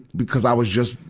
because i was just,